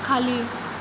खाली